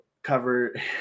Cover